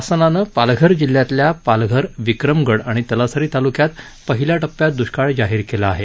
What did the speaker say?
शासनानं पालघर जिल्ह्यातल्या पालघर विक्रमगड आणि तलासरी तालुक्यात पहिल्या टप्प्यात दुष्काळ जाहीर केला आहे